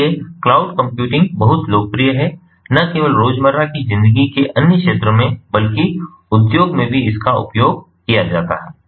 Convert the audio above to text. इसलिए cloud computing बहुत लोकप्रिय है न केवल रोजमर्रा की जिंदगी के अन्य क्षेत्रों में बल्कि उद्योग में भी इसका उपयोग किया जाता है